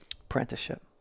Apprenticeship